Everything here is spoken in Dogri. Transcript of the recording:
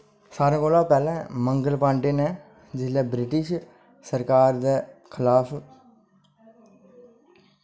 सारे कोलां पैह्लैं मंगल पाण्डे नै जिसलै ब्रिटिश सरकार दे खलाफ